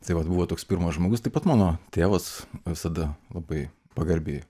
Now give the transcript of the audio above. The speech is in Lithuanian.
tai vat buvo toks pirmas žmogus taip pat mano tėvas visada labai pagarbiai